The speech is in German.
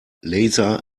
laser